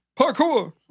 Parkour